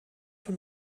von